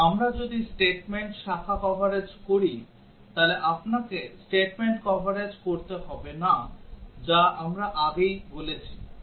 কিন্তু আমরা যদি statement শাখা কভারেজ করি তাহলে আপনাকে statement কভারেজ করতে হবে না যা আমরা আগেই বলেছি